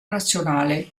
nazionale